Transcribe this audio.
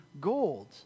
gold